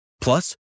Plus